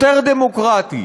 יותר דמוקרטי,